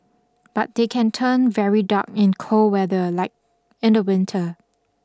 but they can turn very dark in cold weather like in the winter